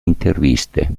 interviste